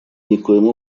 никоим